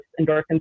endorphins